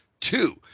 two